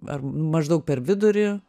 ar maždaug per vidurį